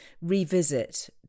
revisit